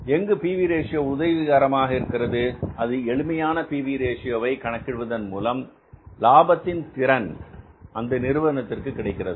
எங்கு P V ratio PV Ratio உதவிகரமாக இருக்கிறது அது எளிமையான P V ratio PV Ratio வை கணக்கிடுவதன் மூலம் லாபத்தின் திறன் அந்த நிறுவனத்திற்கு கிடைக்கிறது